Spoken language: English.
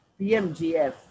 BMGF